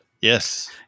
Yes